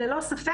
ללא ספק.